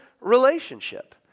relationship